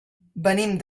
venim